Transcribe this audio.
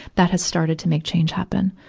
that has started to make change happen.